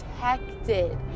protected